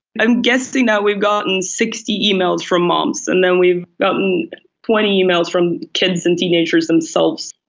i'm guessing that we've gotten sixty emails from mums, and then we've gotten twenty emails from kids and teenagers themselves.